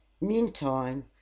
Meantime